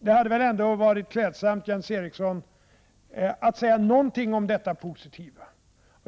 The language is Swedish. Det hade väl ändå varit klädsamt om Jens Eriksson hade sagt någonting om detta positiva.